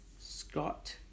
Scott